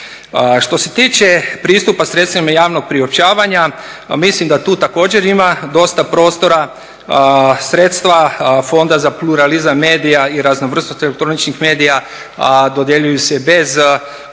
Što se tiče pristupa sredstvima javnog priopćavanja mislim da tu također ima dosta prostora. Sredstva Fonda za pluralizam medija i raznovrsnost elektroničkih medija a dodjeljuju se bez